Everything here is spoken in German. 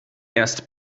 erst